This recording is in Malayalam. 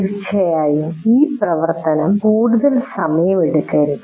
തീർച്ചയായും ഈ പ്രവർത്തനം കൂടുതൽ സമയമെടുക്കരുത്